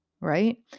right